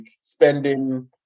spending